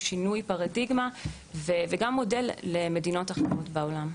שינוי פרדיגמה וגם מודל למדינות אחרות בעולם.